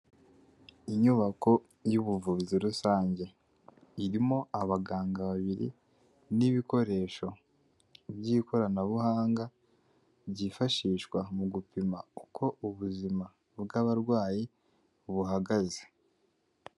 Inyubako y'ubuvuzi rusange, irimo abaganga babiri ni'ibikoresho by'ikoranabuhanga byifashishwa mu gupima uko ubuzima bw'abarwayi buhagaze.